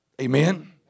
Amen